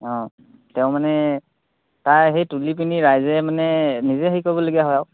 অঁ তেওঁ মানে তাৰ সেই তুলি পিনি ৰাইজে মানে নিজে হেৰি কৰিবলগীয়া হয় আৰু